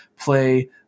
play